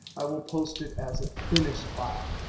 i will post it as a finished file.